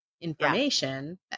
information